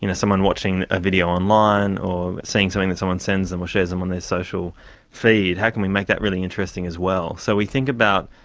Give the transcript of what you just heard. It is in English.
you know someone watching a video online or seeing something that someone sends them or shares with them on their social feed, how can we make that really interesting as well? so we think about,